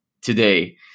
today